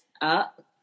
up